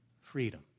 freedom